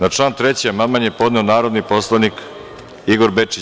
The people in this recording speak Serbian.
Na član 3. amandman je podneo narodni poslanik Igor Bečić.